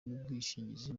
n’ubwishingizi